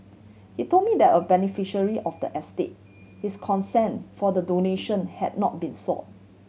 he told me the a beneficiary of the estate his consent for the donation had not been sought